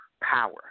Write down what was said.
power